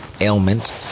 ailment